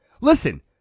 Listen